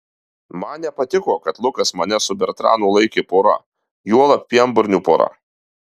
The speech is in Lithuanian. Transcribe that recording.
man nepatiko kad lukas mane su bertranu laikė pora juolab pienburnių pora